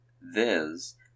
viz